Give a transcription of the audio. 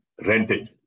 rented